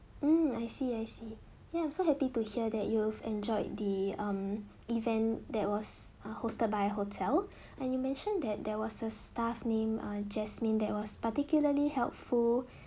mm I see I see ya I'm so happy to hear that you've enjoyed the um event that was uh hosted by hotel and you mention that there was a staff name uh jasmine that was particularly helpful